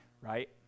right